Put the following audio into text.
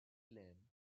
lynn